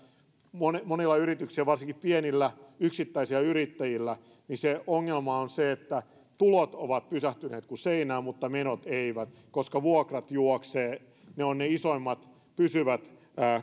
monilla monilla yrityksillä varsinkin pienillä yksittäisillä yrittäjillä ongelma on se että tulot ovat pysähtyneet kuin seinään mutta menot eivät koska vuokrat juoksevat ne ovat ne isoimmat pysyvät